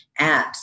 apps